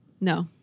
No